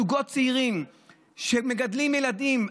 זוגות צעירים שמגדלים ילדים,